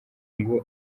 ngo